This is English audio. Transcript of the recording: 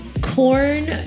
corn